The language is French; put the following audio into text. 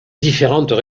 différentes